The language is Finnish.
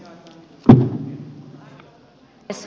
arvoisa puhemies